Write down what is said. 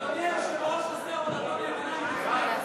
אני רק רוצה לדעת מתי מרב לבשה לבן.